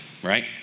Right